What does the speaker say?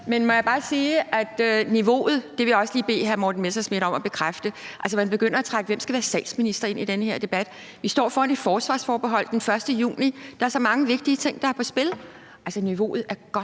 Men må jeg bare sige om niveauet – og det vil jeg også lige bede hr. Morten Messerschmidt om at bekræfte – altså at man begynder at trække, hvem der skal være statsminister, ind i den her til debat, hvor vi står foran en afstemning om forsvarsforbeholdet den 1. juni, og hvor der er så mange vigtige ting på spil, at det altså godt